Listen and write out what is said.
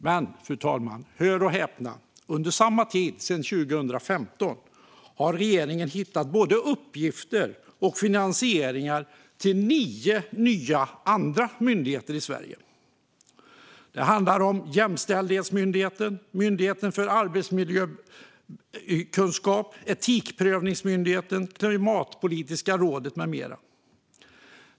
Men hör och häpna, fru talman: Under samma tid, det vill säga sedan 2015, har regeringen hittat både uppgifter åt och finansiering av nio andra nya myndigheter i Sverige. Det handlar om Jämställdhetsmyndigheten, Myndigheten för arbetsmiljökunskap, Etikprövningsmyndigheten, Klimatpolitiska rådet med flera.